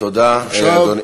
תודה, אדוני.